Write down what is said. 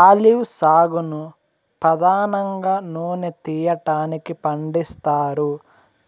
olive సాగును పధానంగా నూనె తీయటానికి పండిస్తారు,